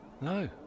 No